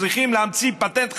צריכים להמציא פטנט חדש?